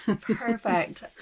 Perfect